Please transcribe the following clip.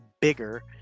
bigger